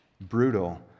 brutal